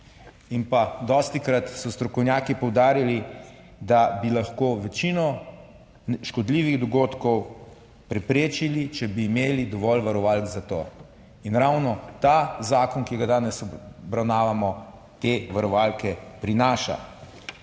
In pa dostikrat so strokovnjaki poudarili, da bi lahko večino škodljivih dogodkov preprečili, če bi imeli dovolj varovalk za to. In ravno ta zakon, ki ga danes obravnavamo, te varovalke prinaša.